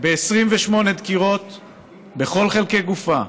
28 דקירות בכל חלקי גופה,